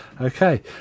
Okay